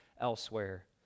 elsewhere